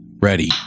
ready